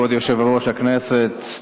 כבוד יושב-ראש הכנסת,